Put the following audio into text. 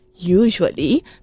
Usually